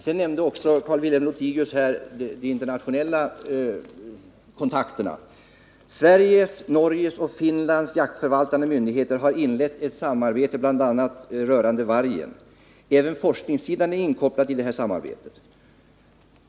Carl-Wilhelm Lothigius nämnde också de internationella kontakterna. Sveriges, Norges och Finlands jaktförvaltande myndigheter har inlett ett samarbete bl.a. rörande vargen. Även forskningssidan är inkopplad i detta samarbete.